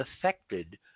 affected